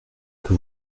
que